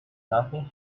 nothing